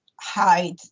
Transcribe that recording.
hide